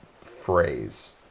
phrase